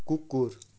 कुकुर